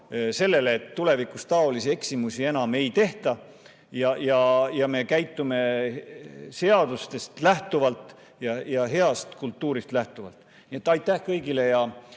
sellele, et tulevikus taolisi eksimusi enam ei tehta ja me käitume seadustest lähtuvalt ja heast kultuurist lähtuvalt. Nii et aitäh kõigile!